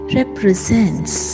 represents